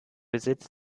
besitz